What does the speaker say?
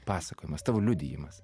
pasakojimas tavo liudijimas